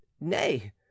nay